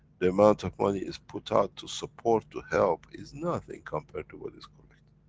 the amount of money is put out to support, to help, is nothing compared to what is collected.